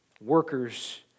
workers